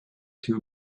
too